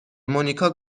مونیکا